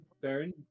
Baron